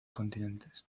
continentes